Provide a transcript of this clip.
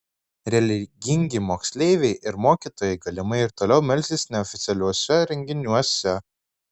religingi moksleiviai ir mokytojai galimai ir toliau melsis neoficialiuose renginiuose